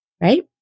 Right